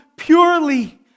Purely